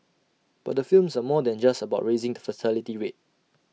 but the films are more than just about raising the fertility rate